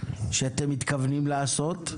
שאתם מתכוונים לעשות,